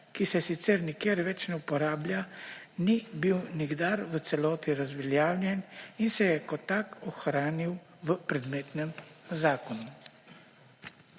ki se sicer nikjer več ne uporablja, ni bil nikdar v celoti razveljavljen in se je kot tak ohranil v predmetnem zakonu.